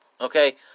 okay